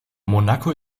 monaco